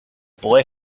boy